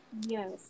Yes